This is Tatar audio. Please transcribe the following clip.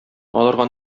аларга